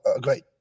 great